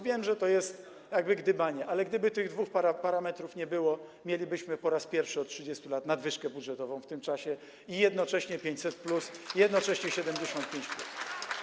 Wiem, że to jest gdybanie, ale gdyby tych dwóch parametrów nie było, mielibyśmy po raz pierwszy od 30 lat nadwyżkę budżetową w tym czasie i jednocześnie 500+, i jednocześnie 75+.